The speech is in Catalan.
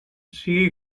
sigui